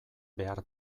behar